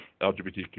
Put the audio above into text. LGBTQ